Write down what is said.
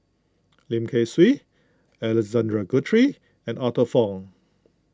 Lim Kay Siu Alexander Guthrie and Arthur Fong